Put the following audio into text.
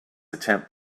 attempt